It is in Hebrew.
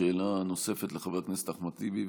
שאלה נוספת, לחבר הכנסת אחמד טיבי.